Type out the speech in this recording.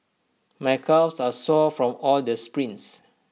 my calves are sore from all the sprints